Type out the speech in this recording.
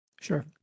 Sure